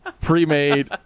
pre-made